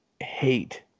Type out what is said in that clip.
hate